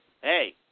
Hey